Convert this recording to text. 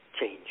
Change